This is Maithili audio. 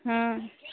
हँ